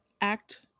act